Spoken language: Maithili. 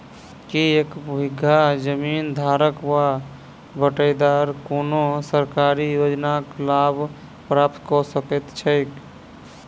की एक बीघा जमीन धारक वा बटाईदार कोनों सरकारी योजनाक लाभ प्राप्त कऽ सकैत छैक?